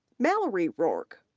mallory roark,